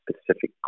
specific